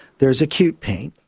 there's acute pain,